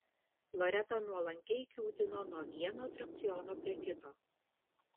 loreta nuolankiai kiūtino nuo vieno atrakciono prie kito